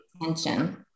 attention